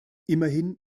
immerhin